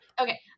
Okay